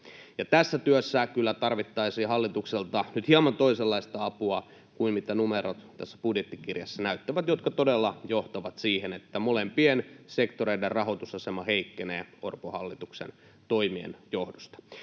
Tässä työssä kyllä tarvittaisiin hallitukselta nyt hieman toisenlaista apua kuin mitä tässä budjettikirjassa numerot näyttävät, jotka todella johtavat siihen, että molempien sektoreiden rahoitusasema heikkenee Orpon hallituksen toimien johdosta.